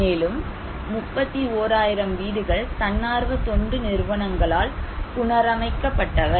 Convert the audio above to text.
மேலும் 31000 வீடுகள் தன்னார்வ தொண்டு நிறுவனங்களால் புனரமைக்கப்பட்டவை